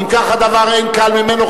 אם כך הדבר, אין קל ממנו.